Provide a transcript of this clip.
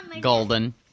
golden